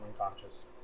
unconscious